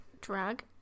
drag